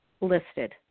listed